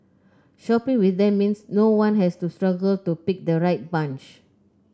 shopping with them means no one has to struggle to pick the right bunch